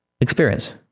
experience